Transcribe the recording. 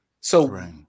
So-